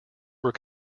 were